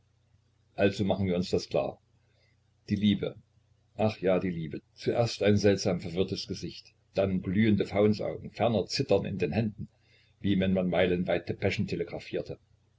also machen wir uns das klar die liebe ach ja die liebe zuerst ein seltsam verwirrtes gesicht dann glühende faunsaugen ferner zittern in den händen wie wenn man meilenweite depeschen telegraphierte